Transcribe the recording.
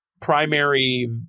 primary